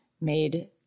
made